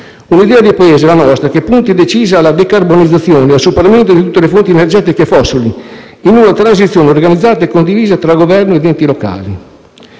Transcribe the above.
una idea di Paese che punta decisa alla decarbonizzazione e al superamento di tutte le fonti energetiche fossili, in una transizione organizzata e condivisa tra Governo ed enti locali.